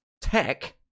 tech